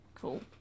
Cool